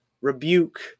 rebuke